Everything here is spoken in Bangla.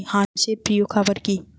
হাঁস এর প্রিয় খাবার কি?